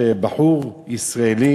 בחור ישראלי